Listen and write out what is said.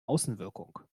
außenwirkung